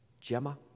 Gemma